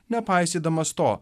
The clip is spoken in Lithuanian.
nepaisydamas to